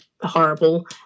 horrible